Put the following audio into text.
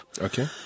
Okay